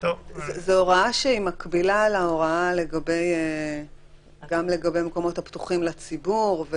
זה הוראה שהיא מקבילה להוראה גם לגבי מקומות הפתוחים לציבור.